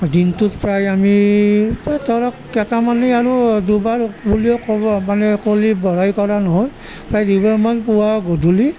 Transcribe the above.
দিনটোত প্ৰায় আমি এই ধৰক কেইটামানে আৰু দুবাৰ বুলিও ক'ব মানে ক'লে বঢ়াই কোৱা নহয় পুৱা গধূলি